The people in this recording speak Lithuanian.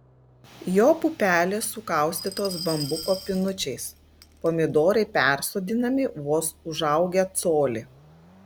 jo pupelės sukaustytos bambuko pinučiais pomidorai persodinami vos užaugę colį